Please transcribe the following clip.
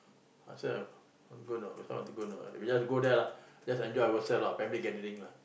ask her want to go or not want to go or not we just go there lah just enjoy ourselves lah family gathering lah